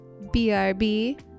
brb